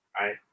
right